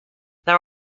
there